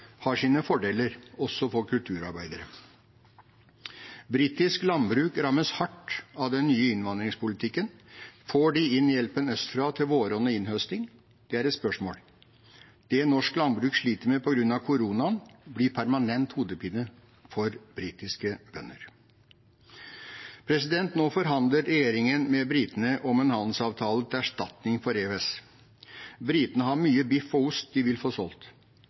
har sine fordeler, også for kulturarbeidere. Britisk landbruk rammes hardt av den nye innvandringspolitikken. Får de inn hjelpen østfra til våronn og innhøstning? Det er et spørsmål. Det norsk landbruk sliter med på grunn av koronaen, blir en permanent hodepine for britiske bønder. Nå forhandler regjeringen med britene om en handelsavtale til erstatning for EØS. Britene har mye biff og ost de vil få solgt.